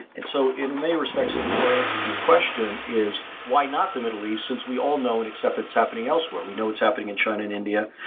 and so in many respects the core answer to your question is why not the middle east since we all know and accept its happening elsewhere. we know it's happening in china and india.